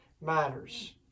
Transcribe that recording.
matters